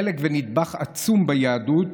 חלק ונדבך עצום ביהדות,